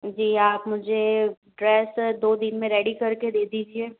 जी आप मुझे ड्रेस दो दिन में रेडी करके दे दीजिए